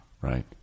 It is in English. right